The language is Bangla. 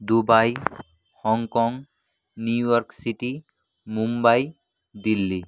Dubai Hong Kong New York city Mumbai Delhi